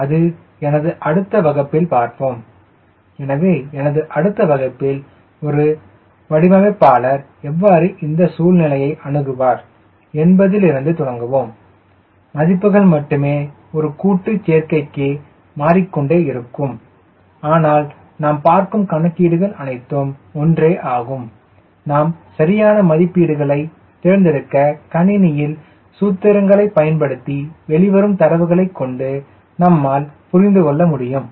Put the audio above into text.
எனவே அது எனது அடுத்த வகுப்பில் பார்ப்போம் எனவே எனது அடுத்த வகுப்பில் ஒரு வடிவமைப்பாளர் எவ்வாறு இந்த சூழ்நிலையை அணுகுவார் என்பதிலிருந்து தொடங்குவோம் மதிப்புகள் மட்டுமே ஒவ்வொரு கூட்டு சேர்க்கைக்கு மாறிக்கொண்டே இருக்கும் ஆனால் நாம் பார்க்கும் கணக்கீடுகள் அனைத்தும் ஒன்றே ஆகும் நாம் சரியான மதிப்பீடுகளை தேர்ந்தெடுக்க கணினியில் சூத்திரங்களை பயன்படுத்தி வெளிவரும் தரவுகளைக் கொண்டு நம்மால் புரிந்து கொள்ள முடியும்